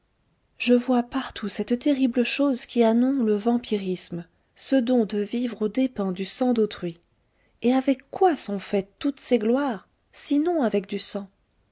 je vois partout cette terrible chose qui a nom le vampirisme ce don de vivre aux dépens du sang d'autrui et avec quoi sont faites toutes ces gloires sinon avec du sang